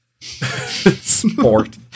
sport